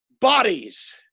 bodies